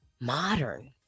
modern